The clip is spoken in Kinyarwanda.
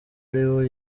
liu